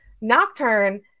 Nocturne